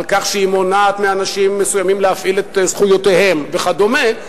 על כך שהיא מונעת מאנשים מסוימים להפעיל את זכויותיהם וכדומה,